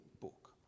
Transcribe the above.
book